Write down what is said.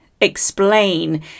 explain